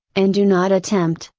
and do not attempt,